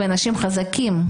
ואנשים חזקים,